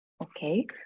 Okay